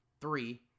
three